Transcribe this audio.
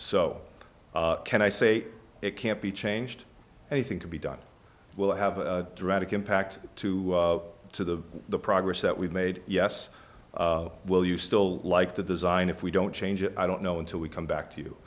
so can i say it can't be changed anything to be done we'll have a drastic impact to to the progress that we've made yes will you still like the design if we don't change it i don't know until we come back to you